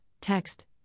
text